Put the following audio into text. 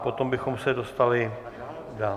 Potom bychom se dostali dál.